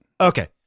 Okay